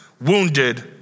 wounded